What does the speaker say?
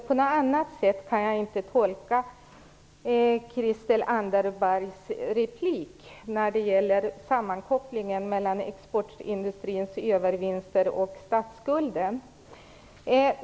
På något annat sätt kan jag inte tolka Christel Anderbergs inlägg när det gäller sammankopplingen mellan exportindustrins övervinster och statsskulden.